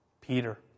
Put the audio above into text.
Peter